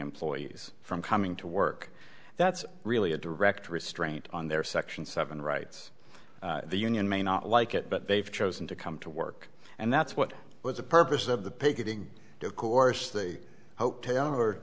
employees from coming to work that's really a direct restraint on their section seven rights the union may not like it but they've chosen to come to work and that's what was the purpose of the picketing of course the hotel